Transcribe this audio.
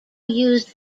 used